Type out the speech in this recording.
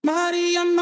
Maria